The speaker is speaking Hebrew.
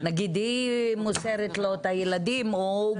נגיד היא מוסרת לו את הילדים או הוא